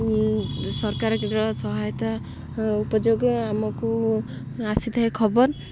ସରକାରଙ୍କର ସହାୟତା ଉପଯୋଗ ଆମକୁ ଆସିଥାଏ ଖବର